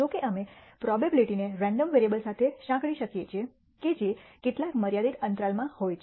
જો કે અમે પ્રોબેબીલીટી ને રેન્ડમ વેરિયેબલ સાથે સાંકળી શકીએ છીએ કે જે કેટલાક મર્યાદિત અંતરાલમાં હોય છે